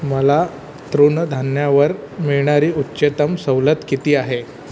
मला तृणधान्यावर मिळणारी उच्चतम सवलत किती आहे